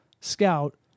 Scout